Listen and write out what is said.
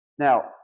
Now